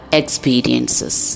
experiences